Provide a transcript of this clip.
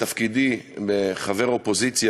בתפקידי כחבר אופוזיציה,